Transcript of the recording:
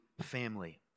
family